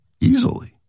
easily